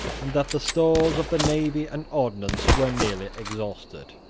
and that the stores of the navy and ordnance were nearly exhausted.